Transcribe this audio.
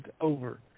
over